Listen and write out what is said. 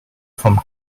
from